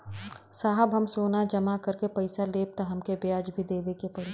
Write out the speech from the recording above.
साहब हम सोना जमा करके पैसा लेब त हमके ब्याज भी देवे के पड़ी?